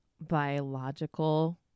biological